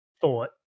thought